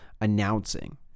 announcing